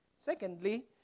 Secondly